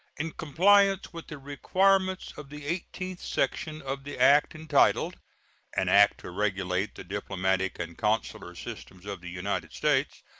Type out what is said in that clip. in compliance with the requirements of the eighteenth section of the act entitled an act to regulate the diplomatic and consular systems of the united states,